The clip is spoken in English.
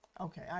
okay